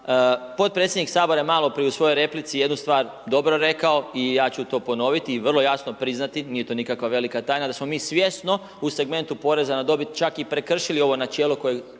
Potpredsjednik Sabora je maloprije u svojoj replici jednu stvar dobro rekao i ja ću to ponoviti i vrlo jasno priznati, nije to nikakva velika tajna da smo mi svjesno u segmentu poreza na dobit čak i prekršili ovo načelo koje